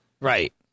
Right